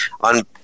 on